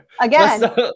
Again